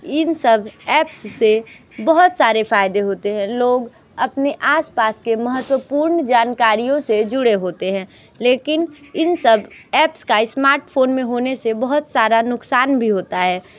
इन सब एप्स से बहुत सारे फायदे होते हैं लोग अपने आसपास के महत्वपूर्ण जानकारियों से जुड़े होते हैं लेकिन इन सब एप्स का स्मार्टफोन में होने से बहुत सारा नुकसान भी होता है